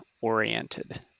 oriented